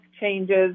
changes